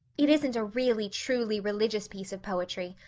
it isn't a really truly religious piece of poetry,